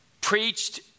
preached